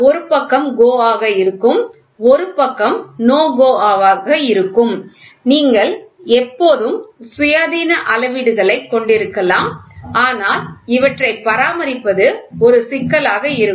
ஒரு பக்கம் GO ஆக இருக்கும் ஒரு பக்கம் NO GO ஆக இருக்கும் நீங்கள் எப்போதும் சுயாதீன அளவீடுகளைக் கொண்டிருக்கலாம் ஆனால் இவற்றை பராமரிப்பது ஒரு சிக்கலாக இருக்கும்